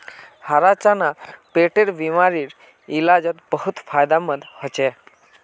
हरा चना पेटेर बिमारीर इलाजोत बहुत फायदामंद होचे